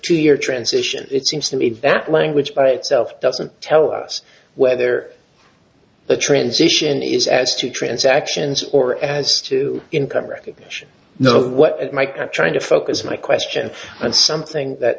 to your transition it seems to me that language by itself doesn't tell us whether the transition is as two transactions or as two income recognition know what it might be trying to focus my question and something that